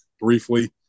briefly